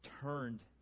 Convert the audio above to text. turned